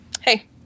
hey